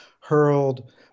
hurled